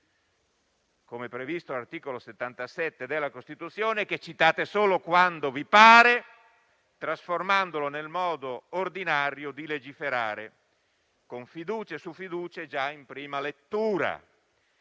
come previsto dall'articolo 77 della Costituzione, che citate solo quando vi pare, trasformandolo nel modo ordinario di legiferare con fiducia già in prima lettura.